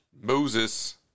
moses